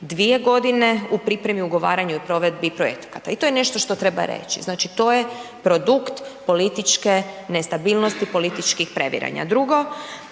2 g. u pripremi, ugovaranju i provedbi projekata. I to je nešto što treba reći, znači to je produkt političke nestabilnosti, političkih previranja. Drugo,